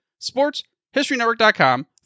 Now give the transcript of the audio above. sportshistorynetwork.com